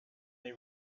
they